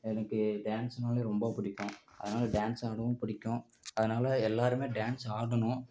எனக்கு டான்ஸ்னாலே ரொம்ப பிடிக்கும் அதனால் டான்ஸ் ஆடவும் பிடிக்கும் அதனால் எல்லாருமே டான்ஸ் ஆடணும்